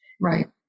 Right